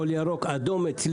הכל אדום ליד הבית שלי,